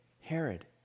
Herod